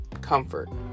comfort